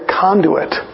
conduit